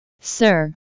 sir